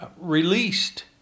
released